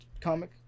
comic